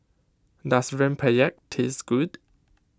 does Rempeyek taste good